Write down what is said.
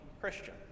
Christian